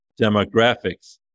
demographics